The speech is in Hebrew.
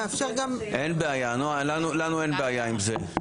עם זה,